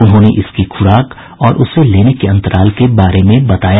उन्होंने इसकी खुराक और उसे लेने के अंतराल के बारे में बताया